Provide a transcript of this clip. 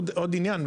עוד עניין,